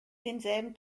denselben